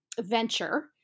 venture